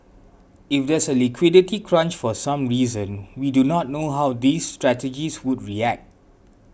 if there's a liquidity crunch for some reason we do not know how these strategies would react